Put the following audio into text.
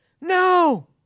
no